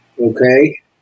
Okay